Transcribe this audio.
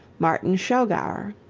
martin schougauer.